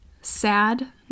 sad